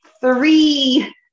three